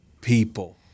people